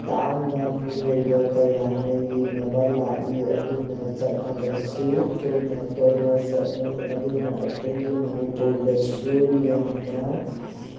ꯇꯥꯡꯅ ꯃꯤꯑꯣꯏꯕ ꯀꯌꯥꯅ ꯌꯦꯡꯅꯕ ꯂꯥꯛꯏ ꯑꯗꯨꯅ ꯆꯠꯅꯕꯁꯨ ꯇꯣꯏꯅ ꯇꯣꯏꯅ ꯆꯠꯅꯩ ꯑꯗꯨꯅ ꯑꯩꯈꯣꯏꯒꯤ ꯃꯅꯤꯄꯨꯔꯗꯁꯨ ꯌꯥꯝꯅ